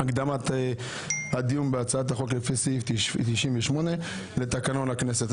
הקדמת הדיון בהצעת החוק לפי סעיף 98 לתקנון הכנסת.